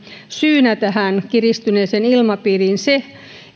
syynä tähän kiristyneeseen ilmapiiriin se